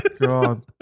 God